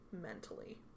mentally